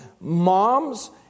Moms